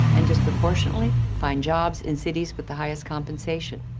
and disproportionately find jobs in cities with the highest compensation.